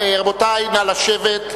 רבותי, נא לשבת.